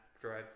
drive